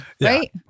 right